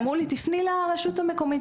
אמרו לי: תפני לרשות המקומית.